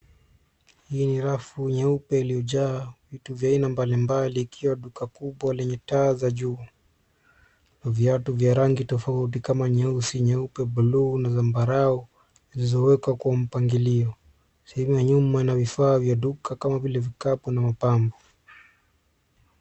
Ni rafu nyeupe iliyojaa vitu vya aina mbalimbali ikiwa duka kubwa lenye taa za juu. Viatu vya rangi tofauti kama nyeusi, nyeupe, bluu na zambarau zilizowekwa kwa mpangilio. Sehemu ya nyuma inaa vifaa vya duka kama vile vikapu na mapambo.